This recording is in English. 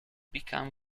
become